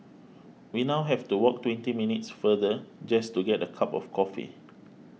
we now have to walk twenty minutes further just to get a cup of coffee